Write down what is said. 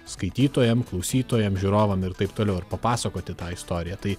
skaitytojam klausytojam žiūrovam ir taip toliau ir papasakoti tą istoriją tai